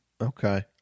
Okay